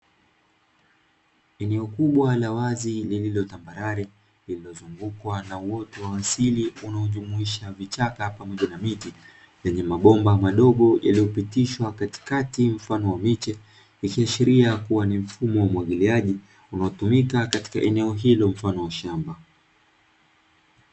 Eneo kubwa la wazi lililotambarare lililozungukwa na uoto wa asili unaojumuisha vichaka pamoja na miti, lenye mabomba madogo yaliyopitishwa katikati mfano wa miche likiachilia kuwa ni mfumo wa umwagiliaji unaotumika katika eneo hilo mfano wa shamba.